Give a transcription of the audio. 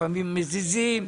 לפעמים מזיזים,